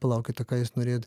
palaukit o ką jūs norėjot